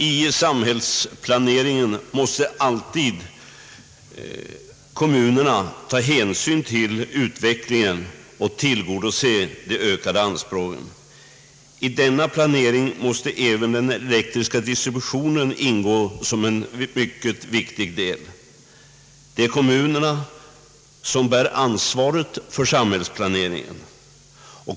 I samhällsplaneringen måste kommunerna alltid ta hänsyn till utvecklingen och tillgodose de ökade anspråken. I denna planering måste även den elektriska distributionen ingå som en mycket viktig del. Det är kommunerna som bär ansvaret för samhällsplaneringen.